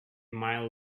mile